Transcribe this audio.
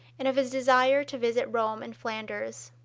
and of his desire to visit rome and flanders.